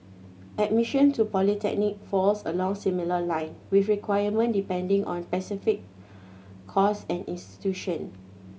admission to a polytechnic falls along similar line with requirement depending on specific course and institution